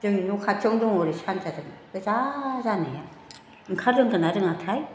जोंनि न' खाथियावनो दं ओरै सानजाजों गोजा जानाया ओंखारनो रोंगोन ना रोङाथाय